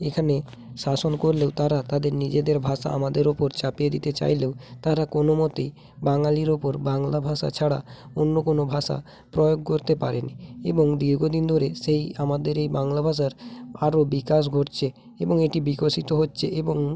এখানে শাসন করলেও তারা তাদের নিজেদের ভাষা আমাদের উপর চাপিয়ে দিতে চাইলেও তারা কোন মতেই বাঙালির উপর বাংলা ভাষা ছাড়া অন্য কোন ভাষা প্রয়োগ করতে পারে নি এবং দীর্ঘদিন ধরে সেই আমাদের এই বাংলা ভাষার আরো বিকাশ ঘটছে এবং এটি বিকশিত হচ্ছে এবং